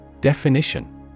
Definition